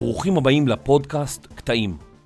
ברוכים הבאים לפודקאסט קטעים.